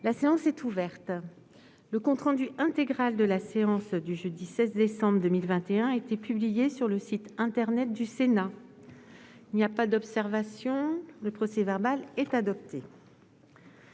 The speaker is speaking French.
La séance est ouverte. Le compte rendu intégral de la séance du jeudi 16 décembre 2021 a été publié sur le site internet du Sénat. Il n'y a pas d'observation ?... Le procès-verbal est adopté.